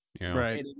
right